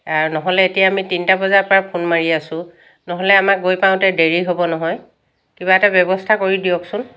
আৰু নহ'লে এতিয়া আমি তিনিটা বজাৰ পৰা ফোন মাৰি আছোঁ নহ'লে আমাৰ গৈ পাওঁতে দেৰি হ'ব নহয় কিবা এটা ব্যৱস্থা কৰি দিয়কচোন